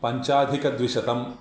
पञ्चाधिकद्विशतम्